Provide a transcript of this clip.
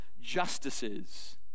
justices